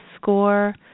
score